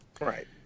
Right